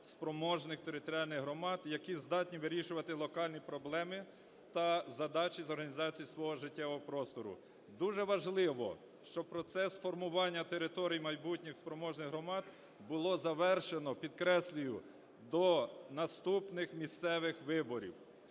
спроможних територіальних громад, які здатні вирішувати локальні проблеми та задачі з організації свого життєвого простору. Дуже важливо, щоб процес формування територій майбутніх спроможних громад було завершено, підкреслюю, до наступних місцевих виборів.